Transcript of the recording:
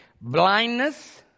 blindness